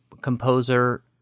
composer